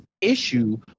issue